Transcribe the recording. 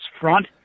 front